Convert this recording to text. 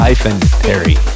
perry